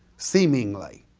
seemingly.